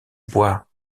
bois